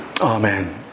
Amen